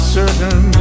certain